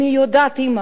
אני יודעת, אמא,